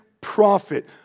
prophet